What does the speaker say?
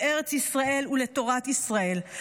לארץ ישראל ולתורת ישראל,